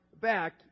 back